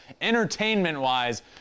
entertainment-wise